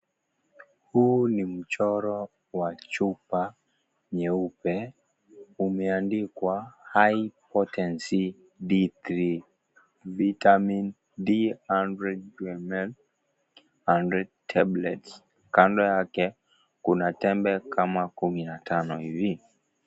Huu ni mchoro wa chupa nyeupe umeandikwa high importance decree vitamin D 100 mm 100 tablets kando yake kuna tembe kama kumi na tano hivi.